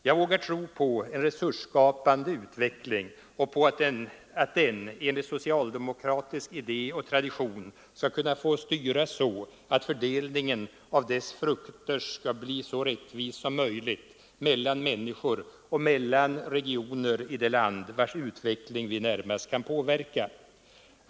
Jag vågar tro på en resursskapande utveckling och på att den enligt socialdemokratisk idé och tradition skall kunna styras så, att fördelningen av dess frukter blir så rättvis som möjligt mellan människor och mellan regioner i det land, vars utveckling vi närmast kan påverka.